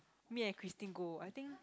me and Christine go I think